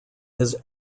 his